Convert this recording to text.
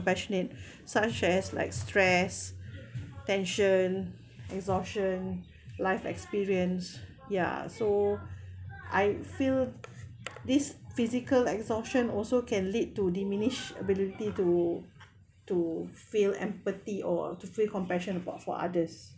compassionate such as like stress tension exhaustion life experience ya so I feel this physical exhaustion also can lead to diminish ability to to feel empathy or to feel compassion about for others